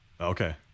Okay